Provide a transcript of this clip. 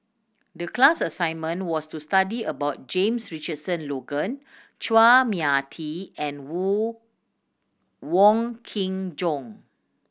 the class assignment was to study about James Richardson Logan Chua Mia Tee and Wong Kin Jong